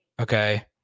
okay